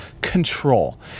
control